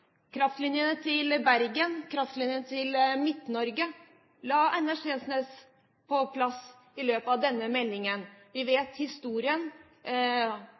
Kraftlinjene til Bergen og kraftlinjene til Midt-Norge la Einar Steensnæs på plass i forbindelse med denne meldingen. Vi vet historien,